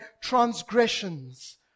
transgressions